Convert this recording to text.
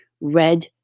red